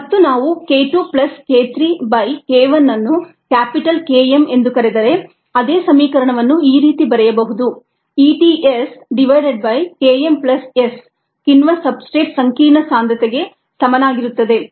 Et Sk2 k3k1S ES ಮತ್ತು ನಾವು k 2 plus k 3 by k 1 ಅನ್ನು ಕ್ಯಾಪಿಟಲ್ K m ಎಂದು ಕರೆದರೆ ಅದೇ ಸಮೀಕರಣವನ್ನು ಈ ರೀತಿ ಬರೆಯಬಹುದು E t S divided by K m plus S ಕಿಣ್ವ ಸಬ್ಸ್ಟ್ರೇಟ್ಸಂಕೀರ್ಣ ಸಾಂದ್ರತೆಗೆ ಸಮನಾಗಿರುತ್ತದೆ